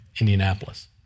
Indianapolis